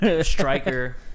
striker